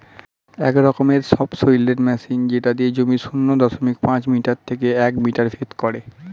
এক রকমের সবসৈলের মেশিন যেটা দিয়ে জমির শূন্য দশমিক পাঁচ মিটার থেকে এক মিটার ভেদ করে